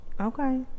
Okay